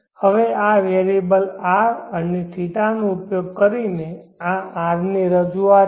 હવે આ variable R અને θ નો ઉપયોગ કરીને આ r ની રજૂઆત છે